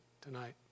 tonight